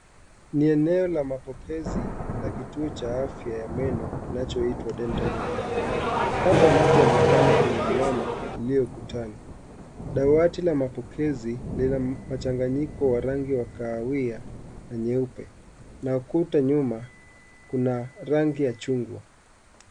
Ni eneo la mapokezi la kituo cha afya ya meno kinachoitwa dental care, kama inavyoonekana kwenye alama iliyo kutani. Dawati la mapokezi lina changanyiko wa rangi ya kahawia na nyeupe na ukuta nyuma kuna rangi ya chungwa.